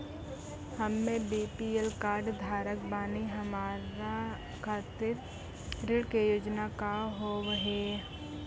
हम्मे बी.पी.एल कार्ड धारक बानि हमारा खातिर ऋण के योजना का होव हेय?